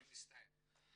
אני מצטער.